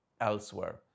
elsewhere